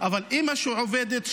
אבל אימא שעובדת,